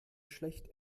schlecht